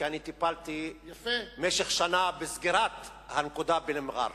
כי טיפלתי במשך שנה בסגירת הנקודה במע'אר,